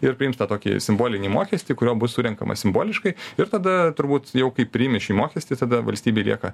ir aprims tą tokį simbolinį mokestį kurio bus surenkama simboliškai ir tada turbūt jau kai priimi šį mokestį tada valstybei lieka